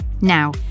Now